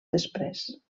després